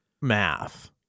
math